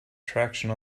traction